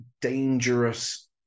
dangerous